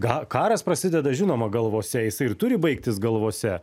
gal karas prasideda žinoma galvose jisai ir turi baigtis galvose